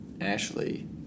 Ashley